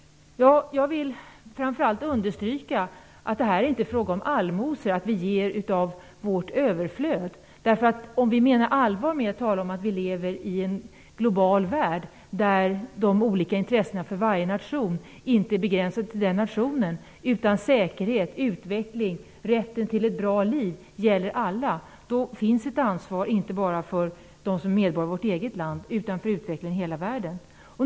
Jag vill framför allt understryka att det här inte är fråga om allmosor, om att vi ger av vårt överflöd. Om vi menar allvar med att tala om att vi lever i en global värld där de olika intressena för varje nation inte är begränsade till just den nationen och där säkerhet, utveckling och rätten till ett bra liv gäller alla, då finns det ett ansvar inte bara för dem som är medborgare i vårt eget land, utan för utvecklingen i hela världen.